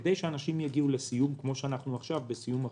כדי שאנשים יגיעו לסיום כמו שעכשיו אנחנו בסיום החיסונים.